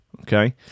okay